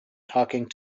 talking